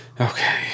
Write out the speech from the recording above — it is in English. Okay